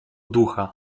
ducha